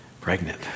pregnant